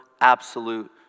absolute